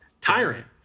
Tyrant